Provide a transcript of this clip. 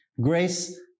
grace